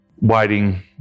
waiting